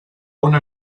una